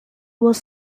was